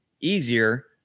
easier